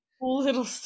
Little